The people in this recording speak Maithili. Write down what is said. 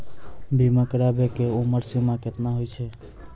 बीमा कराबै के उमर सीमा केतना होय छै?